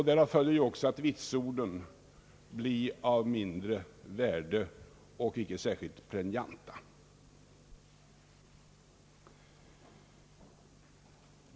Därav följer också, att vitsorden blir av mindre värde och icke särskilt relevanta.